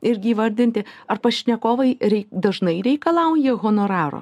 irgi įvardinti ar pašnekovai reik dažnai reikalauja honoraro